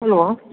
hello